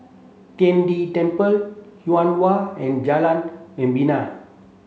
Tian De Temple Yuhua and Jalan Membina